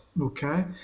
Okay